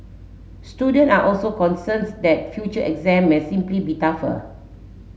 student are also concerns that future exam may simply be tougher